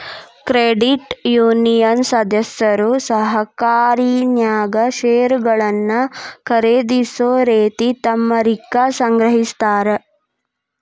credit union ಸದಸ್ಯರು ಸಹಕಾರಿನ್ಯಾಗ್ ಷೇರುಗಳನ್ನ ಖರೇದಿಸೊ ರೇತಿ ತಮ್ಮ ರಿಕ್ಕಾ ಸಂಗ್ರಹಿಸ್ತಾರ್